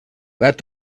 that